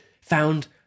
found